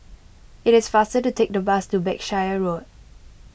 it is faster to take the bus to Berkshire Road